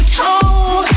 told